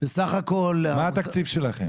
מה התקציב שלכם?